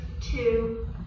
two